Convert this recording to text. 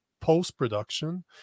post-production